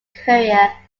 career